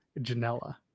Janela